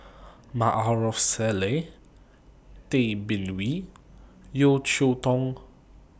Maarof Salleh Tay Bin Wee Yeo Cheow Tong